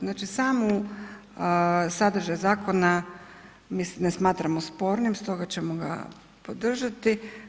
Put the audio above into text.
Znači samu sadržaj zakona mislim, ne smatramo spornim stoga ćemo ga podržati.